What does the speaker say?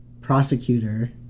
prosecutor